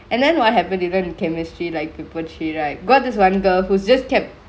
and then what happen in chemistry paper three right got this one girl who just kept